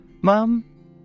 Mom